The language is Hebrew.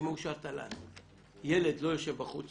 שמאושר תל"ן, ילד לא יושב בחוץ